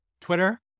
Twitter